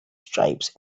stripes